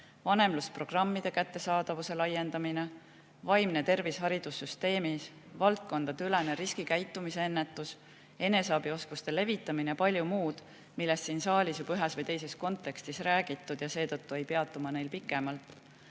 vanemlusprogrammide kättesaadavuse laiendamine, vaimne tervis haridussüsteemis, valdkondadeülene riskikäitumise ennetus, eneseabioskuste levitamine ja palju muud, millest siin saalis juba ühes või teises kontekstis räägitud. Seetõttu ei peatu ma neil pikemalt.